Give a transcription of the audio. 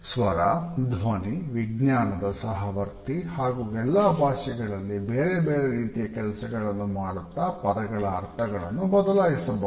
ಸ್ವರ ಧ್ವನಿ ವಿಜ್ಞಾನದ ಸಹವರ್ತಿ ಹಾಗು ಎಲ್ಲ ಭಾಷೆಗಳಲ್ಲಿ ಬೇರೆ ಬೇರೆ ರೀತಿಯ ಕೆಲಸಗಳನ್ನು ಮಾಡುತ್ತಾ ಪದಗಳ ಅರ್ಥಗಳನ್ನು ಬದಲಾಯಿಸಬಹುದು